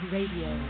Radio